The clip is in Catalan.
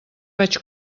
vaig